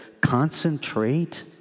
concentrate